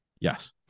Yes